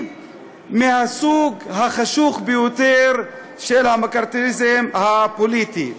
מהסוג החשוך ביותר של המקארתיזם הפוליטי.